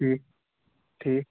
ٹھیٖک ٹھیٖک